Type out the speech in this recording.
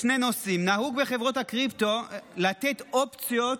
בשני נושאים: נהוג בחברות הקריפטו לתת אופציות,